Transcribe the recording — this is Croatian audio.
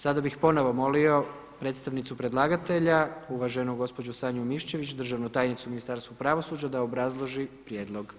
Sada bih ponovo molio predstavnicu predlagatelja uvaženu gospođu Sanju Mišević, državnu tajnicu u Ministarstvu pravosuđa da obrazloži prijedlog.